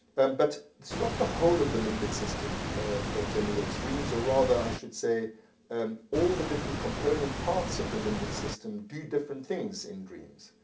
and but it's not the whole of the limbic system that generates dreams or rather i should say and all the different component parts of the limbic system do different things in dreams.